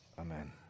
Amen